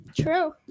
true